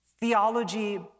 theology